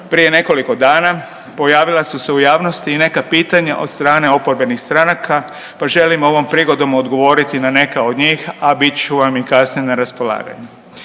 Prije nekoliko dana pojavila su se u javnosti i neka pitanja od strane oporbenih stranaka pa želim ovom prigodom odgovoriti na neka od njih, a bit ću vam i kasnije na raspolaganju.